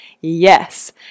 Yes